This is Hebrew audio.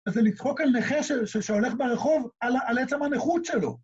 זה לצחוק על נכה שהולך ברחוב על עצם הנכות שלו.